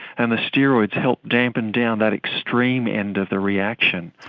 and the steroids help dampen down that extreme end of the reaction.